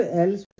else